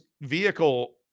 vehicle